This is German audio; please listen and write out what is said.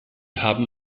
haben